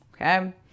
Okay